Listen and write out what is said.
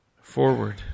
forward